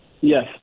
yes